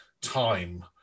time